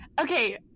Okay